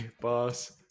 boss